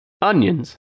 onions